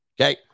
Okay